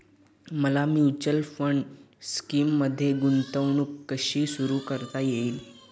मला mutual fund स्कीममध्ये गुंतवणूक कशी सुरू करता येईल?